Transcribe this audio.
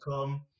come